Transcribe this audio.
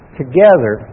together